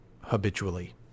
habitually